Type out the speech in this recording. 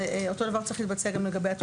אותו דבר צריך להתבצע לגבי התוספת השנייה.